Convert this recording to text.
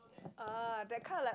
ah that kind like